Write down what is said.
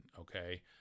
Okay